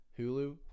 Hulu